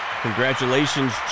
Congratulations